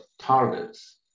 targets